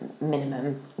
minimum